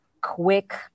quick